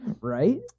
Right